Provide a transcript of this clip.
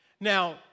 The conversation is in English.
Now